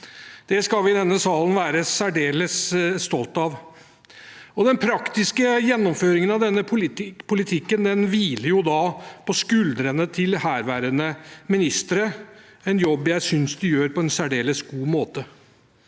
Det skal vi i denne salen være særdeles stolte av. Den praktiske gjennomføringen av denne politikken hviler på skuldrene til herværende ministere, en jobb jeg synes de gjør på en særdeles god måte.